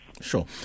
Sure